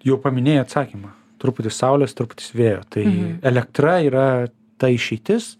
jau paminėjai atsakymą truputis saulės truputis vėjo tai elektra yra ta išeitis